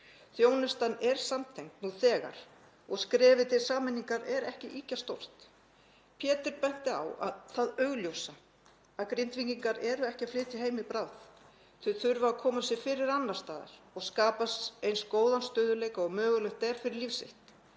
Þjónustan er samtengd nú þegar og skrefið til sameiningar er ekki ýkja stórt. Pétur benti á það augljósa; að Grindvíkingar eru ekki að flytja heim í bráð. Þau þurfa að koma sér fyrir annars staðar og skapa eins góðan stöðugleika og mögulegt er fyrir líf sitt.